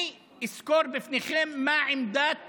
אני אסקור בפניכם מה עמדת